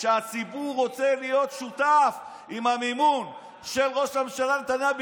שהציבור רוצה להיות שותף עם המימון של ראש הממשלה נתניהו,